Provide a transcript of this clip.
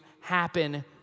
happen